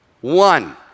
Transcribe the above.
One